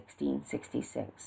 1666